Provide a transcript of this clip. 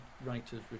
writers